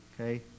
Okay